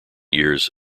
years